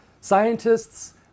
scientists